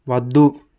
వద్దు